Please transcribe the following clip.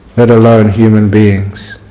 let alone human beings